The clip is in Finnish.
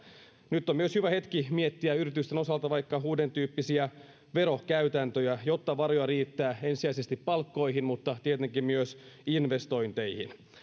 nyt on myös hyvä hetki miettiä yritysten osalta vaikka uudentyyppisiä verokäytäntöjä jotta varoja riittää ensisijaisesti palkkoihin mutta tietenkin myös investointeihin